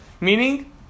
meaning